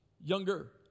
younger